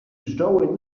pszczoły